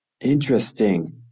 Interesting